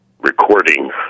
recording